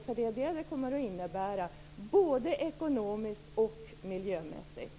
För det är vad det kommer att innebära, både ekonomiskt och miljömässigt.